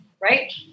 right